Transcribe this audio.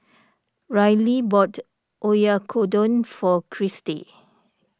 Ryley bought Oyakodon for Cristi